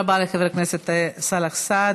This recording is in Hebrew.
תודה רבה לחבר הכנסת סאלח סעד.